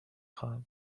خواهم